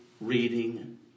reading